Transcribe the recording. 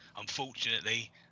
Unfortunately